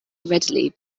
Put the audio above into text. readily